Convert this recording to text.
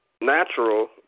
natural